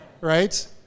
Right